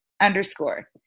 underscore